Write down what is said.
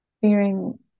fearing